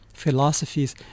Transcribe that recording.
philosophies